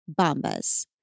Bombas